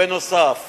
בנוסף